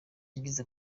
yagize